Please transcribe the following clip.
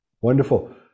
Wonderful